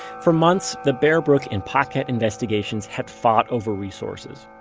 for months, the bear brook and paquette investigations had fought over resources.